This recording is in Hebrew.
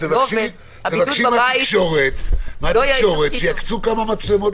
הבידוד בבית --- תבקשי מהתקשורת שיקצו כמה מצלמות